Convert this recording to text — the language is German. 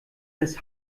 das